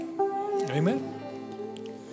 Amen